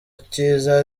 kiza